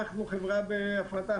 אנחנו חברה בהפרטה,